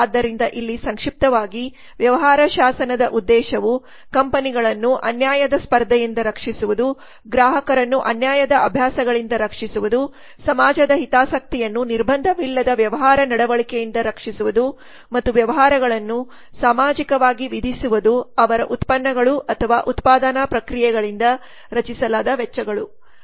ಆದ್ದರಿಂದ ಇಲ್ಲಿ ಸಂಕ್ಷಿಪ್ತವಾಗಿ 0434 ವ್ಯವಹಾರ ಶಾಸನದ ಉದ್ದೇಶವು ಕಂಪನಿಗಳನ್ನು ಅನ್ಯಾಯದ ಸ್ಪರ್ಧೆಯಿಂದ ರಕ್ಷಿಸುವುದು ಗ್ರಾಹಕರನ್ನು ಅನ್ಯಾಯದ ಅಭ್ಯಾಸಗಳಿಂದ ರಕ್ಷಿಸುವುದು ಸಮಾಜದ ಹಿತಾಸಕ್ತಿಯನ್ನು ನಿರ್ಬಂಧವಿಲ್ಲದ ವ್ಯವಹಾರ ನಡವಳಿಕೆಯಿಂದ ರಕ್ಷಿಸುವುದು ಮತ್ತು ವ್ಯವಹಾರಗಳನ್ನು ಸಾಮಾಜಿಕವಾಗಿ ವಿಧಿಸುವುದು ಅವರ ಉತ್ಪನ್ನಗಳು ಅಥವಾ ಉತ್ಪಾದನಾ ಪ್ರಕ್ರಿಯೆಗಳಿಂದ ರಚಿಸಲಾದ ವೆಚ್ಚಗಳು